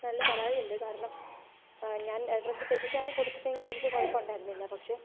നല്ല പരാതിയുണ്ട് കാരണം ഞാൻ അഡ്രസ്സ് തെറ്റിച്ചാണ് കൊടുത്തതെങ്കിൽ എനിക്ക് കുഴപ്പമുണ്ടായിരുന്നില്ല പക്ഷെ